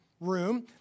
room